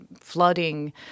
flooding